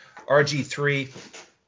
RG3